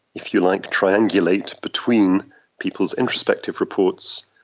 if you like, triangulate between people's introspective reports,